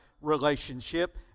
relationship